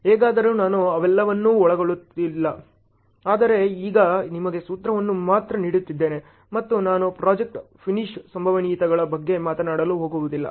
ಹೇಗಾದರೂ ನಾನು ಅವೆಲ್ಲವನ್ನೂ ಒಳಗೊಳ್ಳುತ್ತಿಲ್ಲ ಆದರೆ ಈಗ ನಿಮಗೆ ಸೂತ್ರವನ್ನು ಮಾತ್ರ ನೀಡುತ್ತಿದ್ದೇನೆ ಮತ್ತು ನಾನು ಪ್ರಾಜೆಕ್ಟ್ ಫಿನಿಶ್ ಸಂಭವನೀಯತೆಗಳ ಬಗ್ಗೆ ಮಾತನಾಡಲು ಹೋಗುವುದಿಲ್ಲ